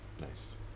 Nice